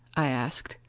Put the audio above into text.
i asked.